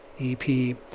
EP